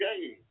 game